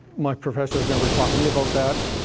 my professors never taught me about that.